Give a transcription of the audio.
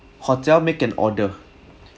hotel make an order